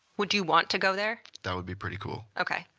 would you want to go there? that would be pretty cool. okay.